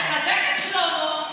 תחזק את שלמה.